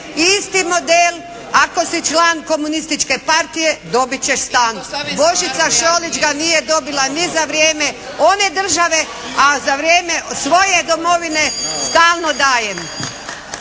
isti model, ako si član Komunističke partije dobit ćeš stan. Božica Šolić ga nije dobila ni za vrijeme one države, a za vrijeme svoje domovine stalno dajem.